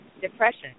depression